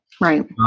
Right